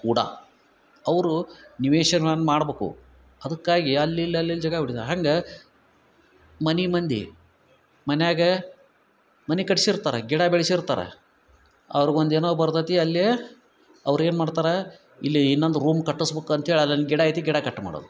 ಉಡ ಅವರು ನಿವೇಶಗಳನ್ನು ಮಾಡಬೇಕು ಅದಕ್ಕಾಗಿ ಅಲ್ಲಿಲ್ಲಿ ಅಲ್ಲಿಲ್ಲಿ ಜಗ ಹೂಡಿದ ಹಂಗೆ ಮನೆ ಮಂದಿ ಮನೆಯಾಗ ಮನೆ ಕಟ್ಸಿರ್ತಾರೆ ಗಿಡ ಬೆಳ್ಸಿರ್ತಾರೆ ಅವ್ರ್ಗೆ ಒಂದು ಏನೋ ಬರ್ತತಿ ಅಲ್ಲಿ ಅವ್ರು ಏನು ಮಾಡ್ತಾರೆ ಇಲ್ಲಿ ಇನ್ನೊಂದು ರೂಮ್ ಕಟ್ಟಿಸ್ಬೇಕ್ ಅಂತ್ಹೇಳಿ ಅಲ್ಲೊಂದು ಗಿಡ ಐತಿ ಗಿಡ ಕಟ್ ಮಾಡೋದು